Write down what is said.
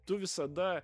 tu visada